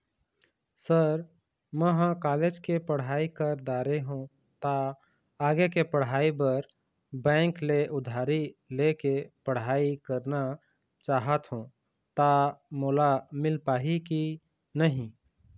Sir म ह college के पढ़ाई कर दारें हों ता आगे के पढ़ाई बर बैंक ले उधारी ले के पढ़ाई करना चाहत हों ता मोला मील पाही की नहीं?